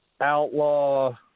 Outlaw